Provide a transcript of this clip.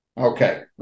Okay